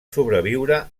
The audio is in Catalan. sobreviure